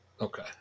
Okay